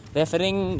referring